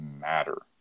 matter